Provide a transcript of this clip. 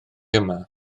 yma